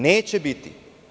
Neće biti.